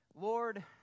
Lord